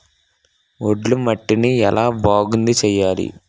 ఒండ్రు మట్టిని ఎలా బాగుంది చేయాలి?